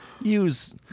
use